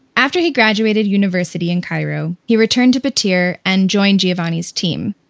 after he graduated university in cairo, he returned to battir and joined giovanni's team.